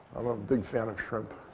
i'm a big fan of shrimp.